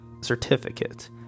certificate